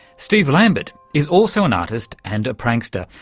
steve lambert is also an artist and a prankster.